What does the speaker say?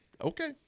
okay